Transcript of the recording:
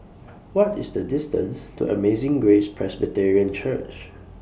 What IS The distance to Amazing Grace Presbyterian Church